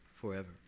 Forever